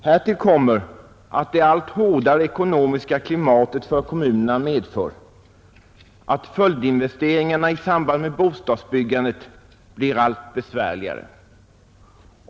Härtill kommer att det allt hårdare ekonomiska klimatet för kommunerna medför att följdinvesteringarna i samband med bostadsbyggandet blir allt besvärligare.